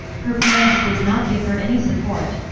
her parents did not give her any support.